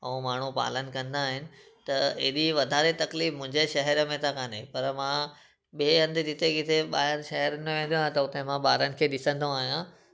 ऐं माण्हू पालन कंदा आहिनि त अहिड़ी वाधारे तकलीफ़ त मुंहिंजे शहर में कोन्हे पर मां ॿिए हंधि जिते किथे ॿाहिरि शहरनि में वेंदो आहियां त उते मां ॿारनि खे ॾिसंदो आहियां